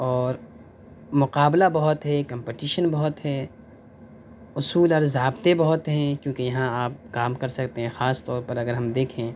اور مقابلہ بہت ہے کمپٹیشن بہت ہے اصول اور ضابطے بہت ہیں کیونکہ یہاں آپ کام کر سکتے ہیں خاص طور پر اگر ہم دیکھیں